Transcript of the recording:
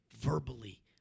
verbally